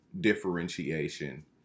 differentiation